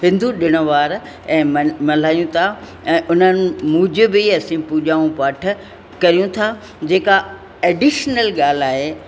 हिंदू ॾिण वार ऐं मन मल्हायू था ऐं उन्हनि मुजिब ई असीं पूॼा पाठ कयूं था जेका एडिश्नल ॻाल्ह आहे